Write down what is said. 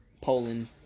Poland